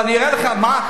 אני אראה לך מה,